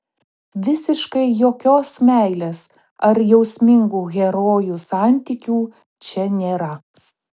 visiškai jokios meilės ar jausmingų herojų santykių čia nėra